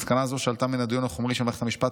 מסקנה זו שעלתה מהדיון החומרי של מערכת בית המשפט,